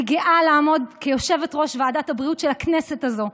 אני גאה לעמוד כיושבת-ראש ועדת הבריאות של הכנסת הזו.